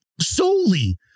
solely